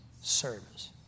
service